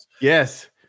Yes